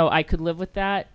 know i could live with that